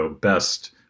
best